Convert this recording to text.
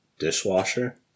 dishwasher